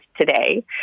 today